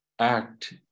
act